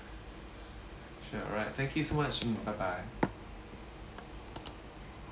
sure alright thank you so much mm bye bye